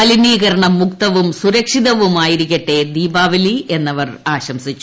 മലിനീകരണമുക്തവും സുരക്ഷിതവുമാകട്ടെ ദീപാവലി എന്നവർ ആശംസിച്ചു